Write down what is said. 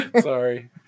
Sorry